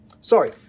Sorry